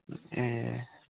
ए